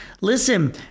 Listen